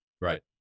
Right